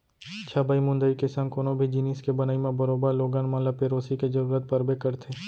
छबई मुंदई के संग कोनो भी जिनिस के बनई म बरोबर लोगन मन ल पेरोसी के जरूरत परबे करथे